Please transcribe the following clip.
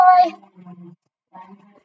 Bye